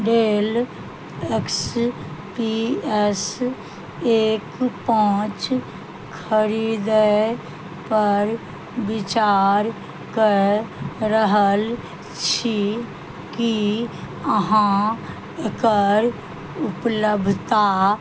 Dell X P S एक पाँच खरीदय पर विचार कय रहल छी की अहाँ एकर उपलब्धता